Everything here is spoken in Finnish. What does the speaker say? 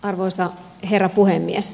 arvoisa herra puhemies